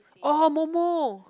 orh momo